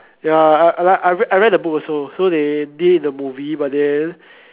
ya I I I read the book also so they did the movie but then